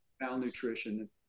malnutrition